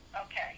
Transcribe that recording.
Okay